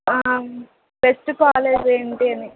best college ఏంటి అని